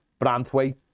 Brantway